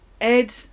ed